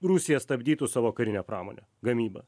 rusija stabdytų savo karinę pramonę gamybą